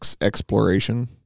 exploration